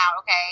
okay